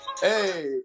hey